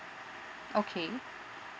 okay